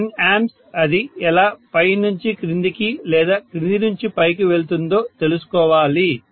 10 A అది ఎలా పై నుంచి క్రిందికి లేదా క్రింది నుంచి పైకి వెళ్తుందో తెలుసుకోవాలి